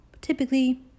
typically